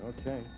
Okay